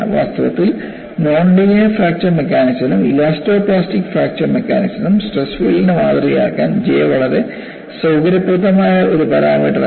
വാസ്തവത്തിൽ non linear fracture മെക്കാനിക്സിനും elasto plastic fracture മെക്കാനിക്സിനും സ്ട്രെസ് ഫീൽഡിനെ മാതൃകയാക്കാൻ J വളരെ സൌകര്യപ്രദമായ ഒരു പാരാമീറ്ററായിരുന്നു